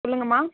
சொல்லுங்கம்மா